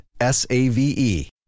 S-A-V-E